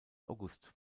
august